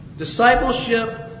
discipleship